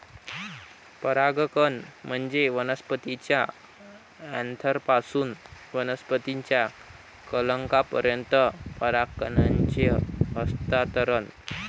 परागकण म्हणजे वनस्पतीच्या अँथरपासून वनस्पतीच्या कलंकापर्यंत परागकणांचे हस्तांतरण